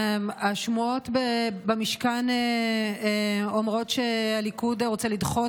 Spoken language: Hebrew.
השמועות במשכן אומרות שהליכוד רוצה לדחות